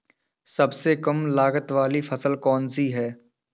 सबसे कम लागत वाली फसल कौन सी है?